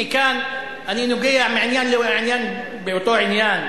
מכאן אני נוגע מעניין לעניין באותו עניין,